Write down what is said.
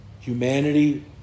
Humanity